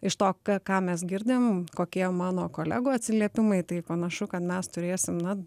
iš to ką ką mes girdim kokie mano kolegų atsiliepimai tai panašu kad mes turėsim na